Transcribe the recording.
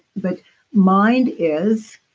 but mind is